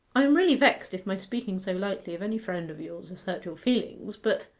i am really vexed if my speaking so lightly of any friend of yours has hurt your feelings, but